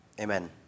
amen